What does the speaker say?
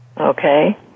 Okay